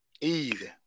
Easy